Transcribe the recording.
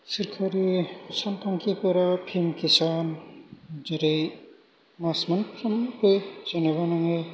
सोरखारि सानथांखिफोरा P M Kisan जेरै मासमोनफ्रोमबो जेनेबा नोङो